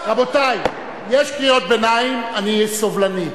רבותי, יש קריאות ביניים, אני אהיה סובלני.